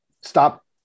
stop